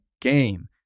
game